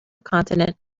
continent